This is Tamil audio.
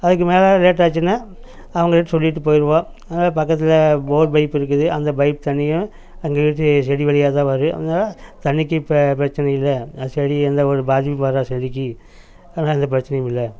அதுக்கு மேலே லேட் ஆச்சுனால் அவங்கட்ட சொல்லிவிட்டு போயிடுவோம் அதனால பக்கத்தில் போர் பைப் இருக்குது அந்த பைப் தண்ணியும் எங்கள் வீட்டு செடி வழியாக தான் வரும் அதனால தண்ணிக்கு இப்போ பிரச்சினை இல்லை செடி எந்த ஒரு பாதிப்பும் வராது செடிக்கு அதெலாம் எந்த பிரச்சினையும் இல்லை